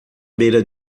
beira